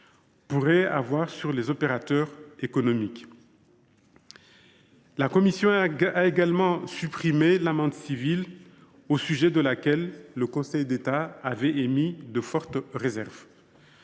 ferait courir aux opérateurs économiques. La commission a également supprimé l’amende civile, au sujet de laquelle le Conseil d’État avait émis de fortes réserves.